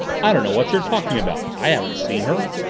i don't know what you're talking about, i haven't seen her!